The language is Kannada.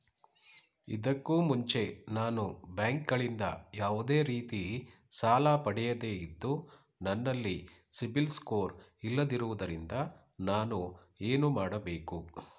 ಇದಕ್ಕೂ ಮುಂಚೆ ನಾನು ಬ್ಯಾಂಕ್ ಗಳಿಂದ ಯಾವುದೇ ರೀತಿ ಸಾಲ ಪಡೆಯದೇ ಇದ್ದು, ನನಲ್ಲಿ ಸಿಬಿಲ್ ಸ್ಕೋರ್ ಇಲ್ಲದಿರುವುದರಿಂದ ನಾನು ಏನು ಮಾಡಬೇಕು?